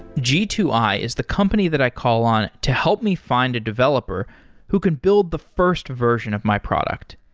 g two i is the company that i call on to help me find a developer who can build the first version of my product.